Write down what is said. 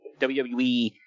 WWE